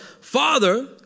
Father